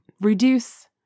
Reduce